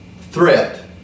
threat